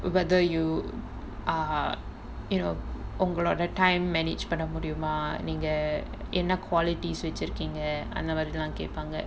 whether you are in ஒங்களோட:ongaloda time manage பண்ண முடியுமா நீங்க என்ன:panna mudiyumaa neenga enna quality வச்சிருகிங்க அந்த மாரி இதலாம் கேபாங்க:vachirukinga antha maari ithalaam kaepaanga